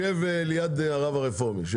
במיוחד לעיתונאים החרדים, לכולם יש.